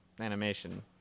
animation